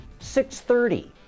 630